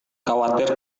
khawatir